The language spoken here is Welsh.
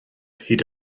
hyd